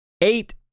eight